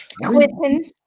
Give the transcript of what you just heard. Quitting